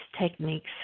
techniques